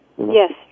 Yes